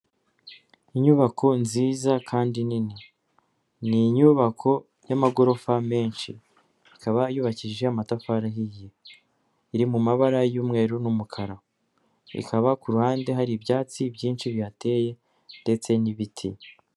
Inyubako nziza kandi nini, ni inyubako y'amagorofa menshi, ikaba yubakishije amatafari, iri mu mabara y'umweru n'umukara, ikaba ku ruhande hari ibyatsi byinshi bihateye ndetse n'ibiti.